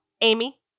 Amy